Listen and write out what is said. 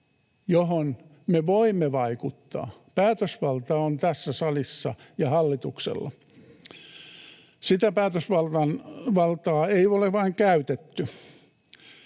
johon me voimme vaikuttaa. Päätösvalta on tässä salissa ja hallituksella. Sitä päätösvaltaa ei ole vain käytetty.